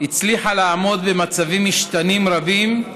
הצליחה לעמוד במצבים משתנים רבים,